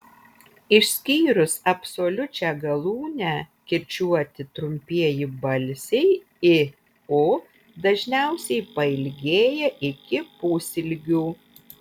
išskyrus absoliučią galūnę kirčiuoti trumpieji balsiai i u dažniausiai pailgėja iki pusilgių